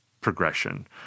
progression